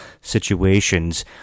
situations